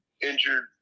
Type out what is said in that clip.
injured